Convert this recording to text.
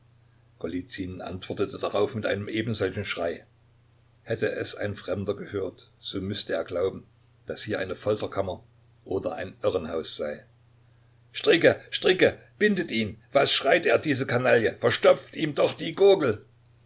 antwortete darauf mit einem ebensolchen schrei hätte es ein fremder gehört so müßte er glauben daß hier eine folterkammer oder ein irrenhaus sei stricke stricke bindet ihn was schreit er diese kanaille verstopft ihm doch die gurgel